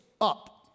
up